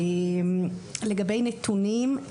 לגבי נתונים,